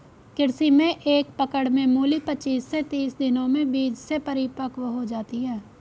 कृषि में एक पकड़ में मूली पचीस से तीस दिनों में बीज से परिपक्व होती है